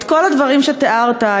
כל הדברים שתיארת,